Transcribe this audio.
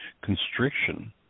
constriction